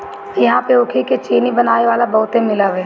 इहां पर ऊखी के चीनी बनावे वाला बहुते मील हवे